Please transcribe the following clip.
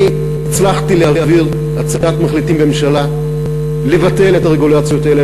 אני הצלחתי להעביר הצעת מחליטים בממשלה לבטל את הרגולציות האלה,